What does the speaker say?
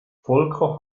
volker